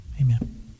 Amen